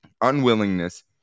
unwillingness